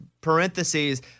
parentheses